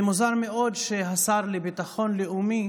מוזר מאוד שהשר לביטחון לאומי